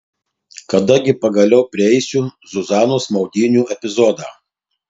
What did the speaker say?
kada gi pagaliau prieisiu zuzanos maudynių epizodą